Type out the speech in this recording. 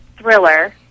thriller